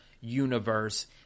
universe